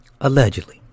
Allegedly